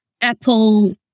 Apple